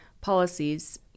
policies